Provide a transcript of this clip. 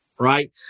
right